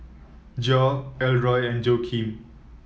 Geo Elroy and Joaquin